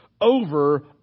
over